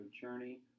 journey